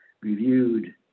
reviewed